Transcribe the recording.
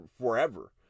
forever